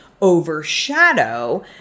overshadow